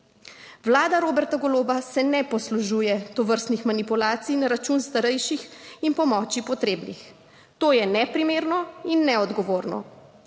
Vlada Roberta Goloba se ne poslužuje tovrstnih manipulacij na račun starejših in pomoči potrebnih - to je neprimerno in neodgovorno.